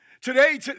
Today